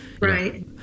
Right